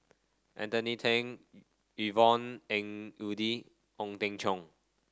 Anthony Then Yvonne Ng Uhde Ong Teng Cheong